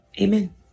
Amen